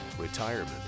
Retirement